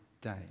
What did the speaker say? day